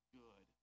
good